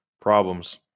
problems